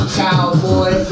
cowboy